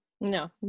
No